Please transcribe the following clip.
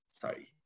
Sorry